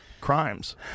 crimes